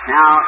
Now